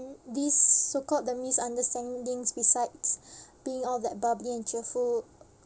this so-called the misunderstandings besides being all that bubbly and cheerful